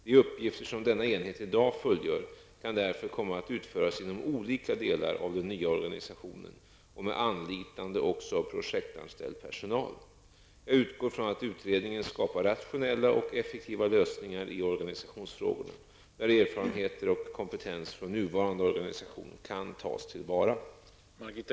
De uppgifter som denna enhet i dag fullgör kan därför komma att utföras inom olika delar av den nya organisationen och med anlitande också av projektanställd personal. Jag utgår från att utredningen skapar rationella och effektiva lösningar i organisationsfrågorna, där erfarenheter och kompetens från nuvarande organisation kan tas till vara.